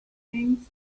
things